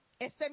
Este